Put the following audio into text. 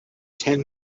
ten